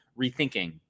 rethinking